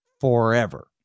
forever